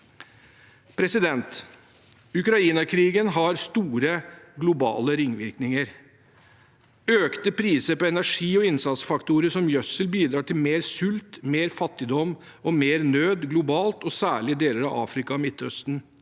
samtykker. Ukraina-krigen har store globale ringvirkninger. Økte priser på energi og innsatsfaktorer, som gjødsel, bidrar til mer sult, mer fattigdom og mer nød globalt, og særlig i deler av Afrika og Midtøsten.